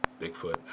Bigfoot